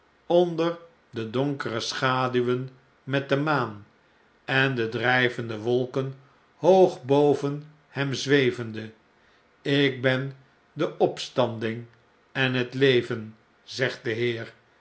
onder de donkere schaduwen met de maan en de drg'vende wolken hoog boven hem zwevende ik ben de opstanding en het leven zegt de heer